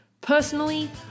Personally